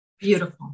Beautiful